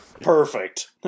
perfect